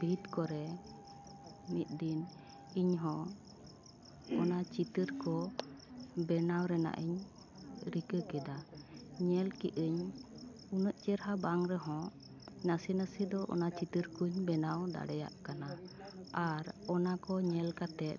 ᱵᱷᱤᱛ ᱠᱚᱨᱮ ᱢᱤᱫ ᱫᱤᱱ ᱤᱧ ᱦᱚᱸ ᱚᱱᱟ ᱪᱤᱛᱟᱹᱨ ᱠᱚ ᱵᱮᱱᱟᱣ ᱨᱮᱱᱟᱜ ᱤᱧ ᱨᱤᱠᱟᱹ ᱠᱮᱫᱟ ᱧᱮᱞ ᱠᱮᱜ ᱟᱹᱧ ᱩᱱᱟᱹᱜ ᱪᱮᱨᱦᱟ ᱵᱟᱝ ᱨᱮᱦᱚᱸ ᱱᱟᱥᱮ ᱱᱟᱥᱮ ᱫᱚ ᱚᱱᱟ ᱪᱤᱛᱟᱹᱨ ᱠᱩᱧ ᱵᱮᱱᱟᱣ ᱫᱟᱲᱮᱭᱟᱜ ᱠᱟᱱᱟ ᱟᱨ ᱚᱱᱟ ᱠᱚ ᱧᱮᱞ ᱠᱟᱛᱮ